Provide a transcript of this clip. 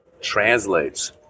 translates